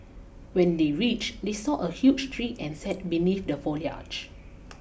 when they reached they saw a huge tree and sat beneath the foliage